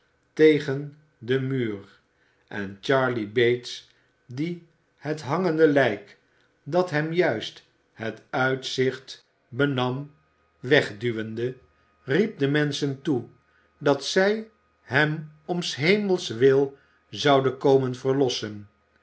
tegen den muur en charley bates die het hangende lijk dat hem juist het uitzicht benam wegduwde riep de menschen toe dat zij hem om s hemels wil zouden komen verlossen